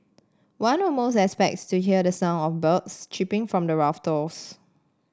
one almost expects to hear the sound of birds chirping from the rafters